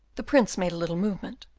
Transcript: the prince made a little movement,